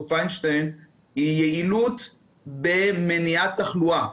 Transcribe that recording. פיינשטיין היא יעילות במניעת תחלואה.